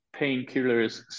painkillers